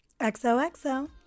xoxo